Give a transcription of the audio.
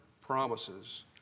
promises